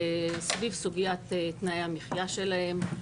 סביב סוגיית תנאי המחיה שלהם.